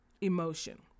emotion